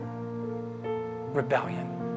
rebellion